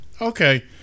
Okay